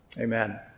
Amen